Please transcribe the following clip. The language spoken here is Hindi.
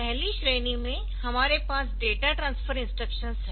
पहली श्रेणी में हमारे पास डेटा ट्रांसफर इंस्ट्रक्शंस है